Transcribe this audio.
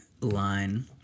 line